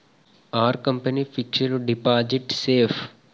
Are company fixed deposit safe?